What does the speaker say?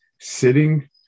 sitting